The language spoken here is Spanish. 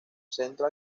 centro